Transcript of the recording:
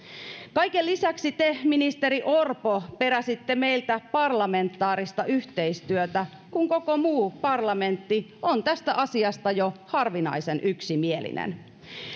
kaiken lisäksi te ministeri orpo peräsitte meiltä parlamentaarista yhteistyötä kun koko muu parlamentti on tästä asiasta jo harvinaisen yksimielinen